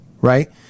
right